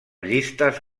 llistes